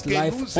life